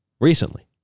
recently